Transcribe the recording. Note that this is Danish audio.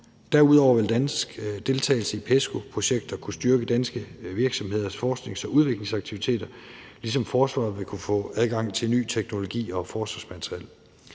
Derudover vil dansk deltagelse i PESCO-projekter kunne styrke danske virksomheders forsknings- og udviklingsaktiviteter, ligesom forsvaret vil kunne få adgang til ny teknologi og forsvarsmateriel.